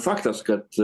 faktas kad